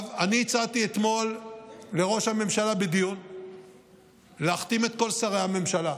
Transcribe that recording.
אני הצעתי אתמול לראש הממשלה בדיון להחתים את כל שרי הממשלה.